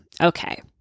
Okay